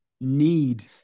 need